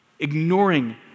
Ignoring